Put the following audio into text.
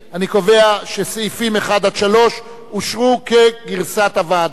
אני קובע שסעיפים 1 3 אושרו כגרסת הוועדה,